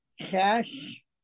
cash